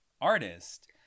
artist